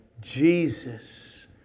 Jesus